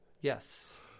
Yes